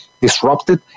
disrupted